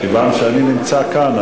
כיוון שאני נמצא כאן,